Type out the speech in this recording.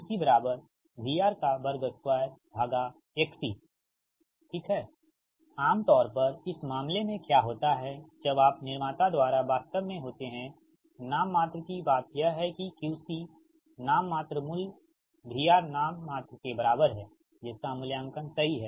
QC VR2XC आमतौर पर इस मामले में क्या होता है जब आप निर्माता द्वारा वास्तव में होते हैं नाममात्र की बात यह है कि QC नाममात्र मूल्य VR नाममात्र के बराबर है जिसका मूल्यांकन सही है